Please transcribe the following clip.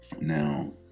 Now